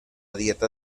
dieta